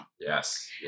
Yes